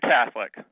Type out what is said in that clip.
Catholic